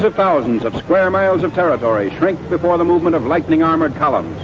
but thousands of square miles of territory shrink before the movement of lightning armoured columns.